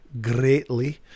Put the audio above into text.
greatly